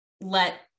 let